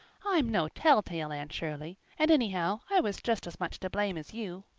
i'm no telltale, anne shirley, and anyhow i was just as much to blame as you.